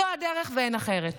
זו הדרך ואין אחרת.